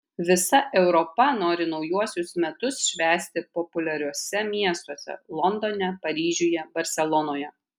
visa europa nori naujuosius metus švęsti populiariuose miestuose londone paryžiuje barselonoje